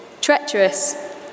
treacherous